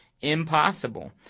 impossible